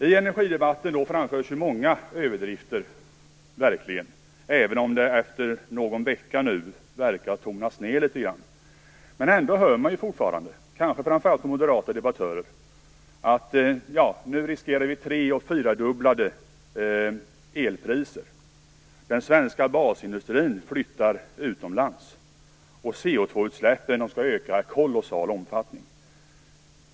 I energidebatten framförs många överdrifter, även om de verkar ha tonats ned litet grand nu när det har gått några veckor. Ändå hör man fortfarande, kanske framför allt från moderata debattörer, att vi riskerar tre och fyradubblade elpriser, att den svenska basindustrin flyttar utomlands och att koldioxidutsläppen skall öka i kolossal omfattning.